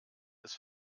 des